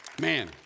Man